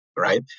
Right